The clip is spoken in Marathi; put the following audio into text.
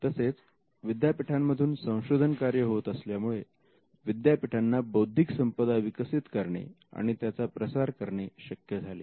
तसेच विद्यापीठांमधून संशोधन कार्य होत असल्यामुळे विद्यापीठांना बौद्धिक संपदा विकसित करणे आणि त्याचा प्रसार करणे शक्य झाले